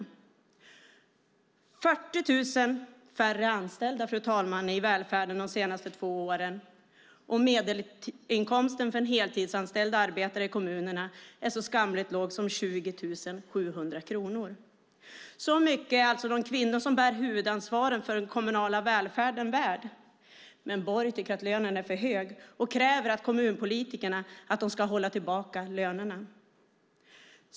Det har blivit 40 000 färre anställda, fru talman, i välfärden de senaste två åren, och medelinkomsten för en heltidsanställd arbetare i en kommun är så skamligt låg som 20 700 kronor. Så mycket är alltså de kvinnor som bär huvudansvaret för den kommunala välfärden värda. Men Borg tycker att lönen är för hög och kräver att kommunpolitikerna ska hålla tillbaka lönerna.